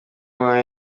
marie